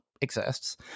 exists